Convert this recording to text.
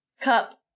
Cup